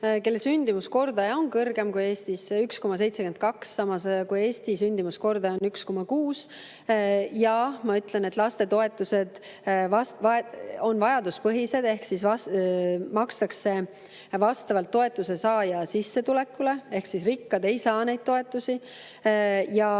kelle sündimuskordaja on kõrgem kui Eestis, 1,72, samas kui Eesti sündimuskordaja on 1,6. Jaa, ma ütlen, et lapsetoetused on vajaduspõhised ehk makstakse vastavalt toetuse saaja sissetulekule – rikkad ei saa neid toetusi –,